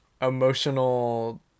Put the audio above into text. emotional